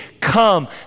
come